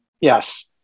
Yes